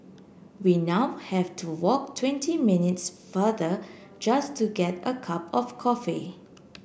we now have to walk twenty minutes farther just to get a cup of coffee